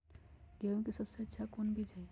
गेंहू के सबसे अच्छा कौन बीज होई?